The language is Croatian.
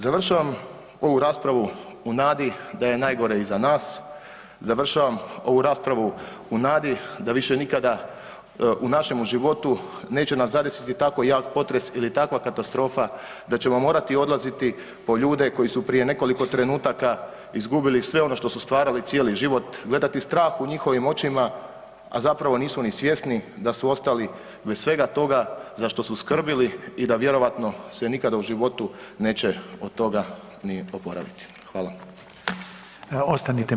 Završavam ovu raspravu u nadi da je najgore iza nas, završavam ovu raspravu u nadi da više nikada u našemu životu neće nas zadesiti tako jako potres ili takva katastrofa da ćemo morati odlaziti po ljude koji su prije nekoliko trenutaka izgubili sve ono što su stvarali cijeli život, gledati strah u njihovim očima, a zapravo nisu ni svjesni da su ostali bez svega toga za što su skrbili i da vjerojatno se nikada u životu neće od toga ni oporaviti.